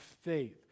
faith